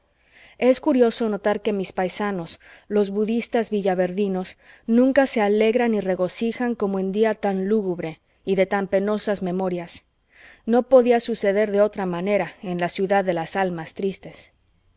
es curioso notar que mis paisanos los budistas villaverdinos nunca se alegran y regocijan como en día tan lúgubre y de tan penosas memorias no podía suceder de otra manera en la ciudad de las almas tristes